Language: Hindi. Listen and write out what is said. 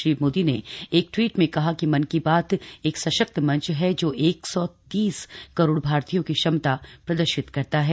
श्री मोदी ने एक ट्वीट में कहा कि मन की बात एक सशक्त मंच है जो एक सौ तीस करोड़ भारतीयों की क्षमता प्रदर्शित करता है